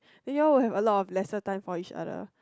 then you all have lesser time for each other